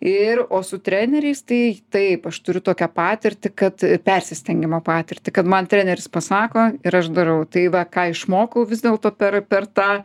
ir o su treneriais tai taip aš turiu tokią patirtį kad persistengimo patirtį kad man treneris pasako ir aš darau tai va ką išmokau vis dėlto per per tą